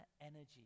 energy